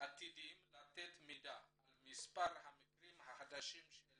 עתידים לתת מידע על מספר המקרים החדשים של